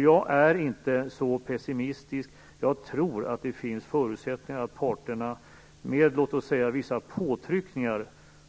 Jag är inte så pessimistisk utan tror att det finns förutsättningar för parterna, med vissa påtryckningar